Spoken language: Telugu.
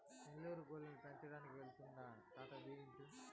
నెల్లూరు గొర్రెలు పెంచడానికి వెళ్తాండా తాత దీవించు